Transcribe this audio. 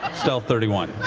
um stealth thirty one.